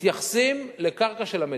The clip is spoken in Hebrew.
מתייחסים לקרקע של המדינה.